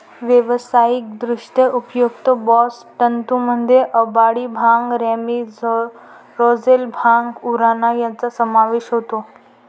व्यावसायिकदृष्ट्या उपयुक्त बास्ट तंतूंमध्ये अंबाडी, भांग, रॅमी, रोझेल, भांग, उराणा यांचा समावेश होतो